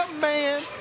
man